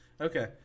okay